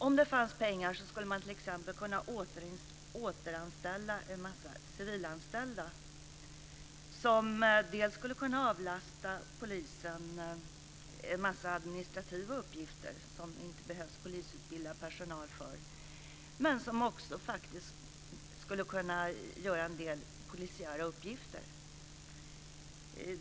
Om det fanns pengar skulle man t.ex. kunna återanställa en hel del civilanställda som dels skulle kunna avlasta polisen en massa administrativa uppgifter som det inte behövs polisutbildad personal för, dels faktiskt också skulle kunna utföra en del polisiära uppgifter.